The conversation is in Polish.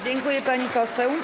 Dziękuję, pani poseł.